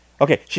Okay